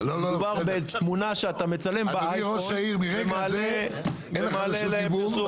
מדובר בתמונה שאתה מצלם באיפון ומעלה לפרסום.